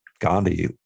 Gandhi